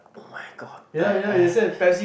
oh-my-god I I